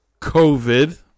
COVID